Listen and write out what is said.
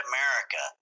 America